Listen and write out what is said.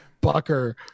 Bucker